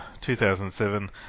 2007